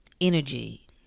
Energy